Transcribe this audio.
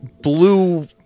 blue